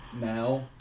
now